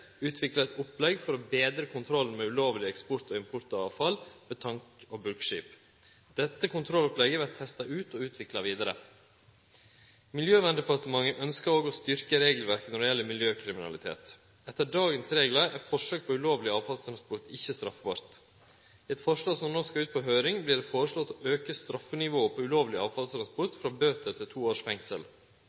utvikla eit opplegg for å betre kontrollen med ulovleg eksport og import av avfall med tank- og bulkskip. Dette kontrollopplegget vert testa ut og utvikla vidare. Miljøverndepartementet ønskjer òg å styrkje regelverket når det gjeld miljøkriminalitet. Etter dagens reglar er forsøk på ulovleg avfallstransport ikkje straffbart. I eit forslag som no skal ut på høyring, vert det foreslege å auke straffenivået på ulovleg avfallstransport frå bøter til to års fengsel.